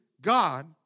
God